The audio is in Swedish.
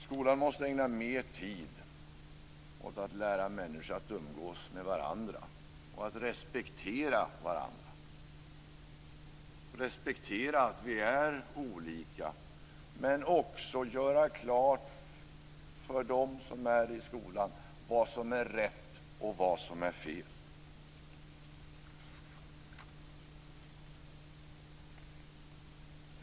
Skolan måste ägna mer tid åt att lära människor att umgås med varandra och att respektera varandra, respektera att vi är olika. Men skolan måste också göra klart för dem som är i skolan vad som är rätt och vad som är fel.